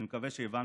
אני מקווה שהבנתם,